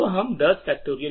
तो हम 10